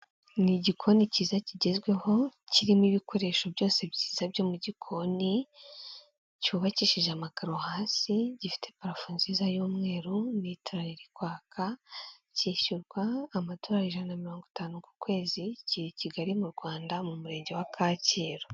Ni igikoni kiza kigezweho kirimo ibikoresho byose byiza byo mu gikoni, cyubakishije amakaro hasi, gifite parafo nziza y'umweru n'itara riri kwaka, cyishyurwa amadorari ijana na mirongo itanu ku kwezi, kiri i Kigali mu Rwanda mu murenge wa Kacyiru.